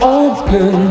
open